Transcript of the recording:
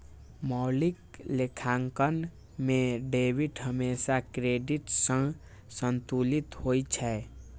मौलिक लेखांकन मे डेबिट हमेशा क्रेडिट सं संतुलित होइ छै